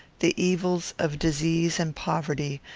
the evils of disease and poverty,